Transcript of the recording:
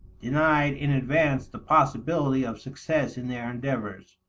denied in advance the possibility of success in their endeavors.